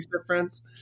difference